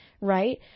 right